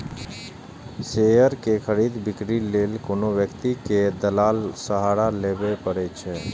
share के खरीद, बिक्री लेल कोनो व्यक्ति कें दलालक सहारा लेबैए पड़ै छै